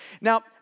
Now